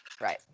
Right